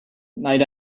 night